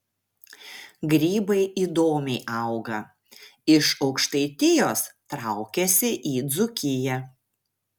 grybai įdomiai auga iš aukštaitijos traukiasi į dzūkiją